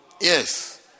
Yes